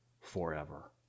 Forever